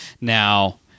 Now